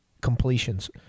completions